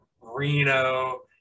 Reno